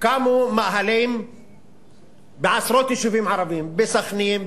שקמו מאהלים בעשרות יישובים ערביים: בסח'נין,